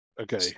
Okay